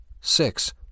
Six